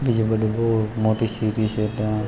બીજે બધું બહુ સીટી છે ત્યાં